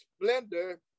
splendor